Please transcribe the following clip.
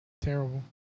Terrible